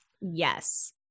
Yes